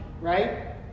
right